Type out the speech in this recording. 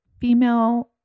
female